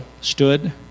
stood